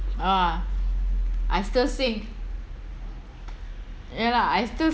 ah I still sing ya lah I still